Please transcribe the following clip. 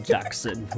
Jackson